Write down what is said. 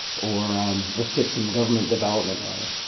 or um let's get some government development money.